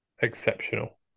exceptional